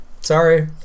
Sorry